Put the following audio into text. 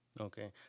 Okay